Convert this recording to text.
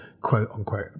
quote-unquote